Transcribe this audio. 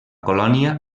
colònia